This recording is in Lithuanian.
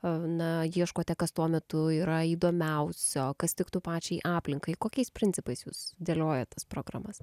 a na ieškote kas tuo metu yra įdomiausio kas tiktų pačiai aplinkai kokiais principais jūs dėliojat tas programas